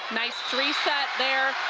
nice three set there.